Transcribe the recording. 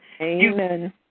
Amen